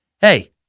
hey